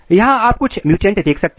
यहां आप कुछ म्युटेंट्स देख सकते हैं